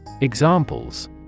Examples